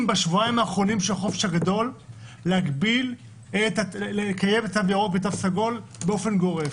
בשבועיים האחרונים של החופש הגדול לקיים תו ירוק ותו סגול באופן גורף.